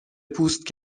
پوست